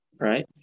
right